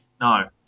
No